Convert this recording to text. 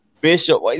Bishop